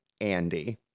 Andy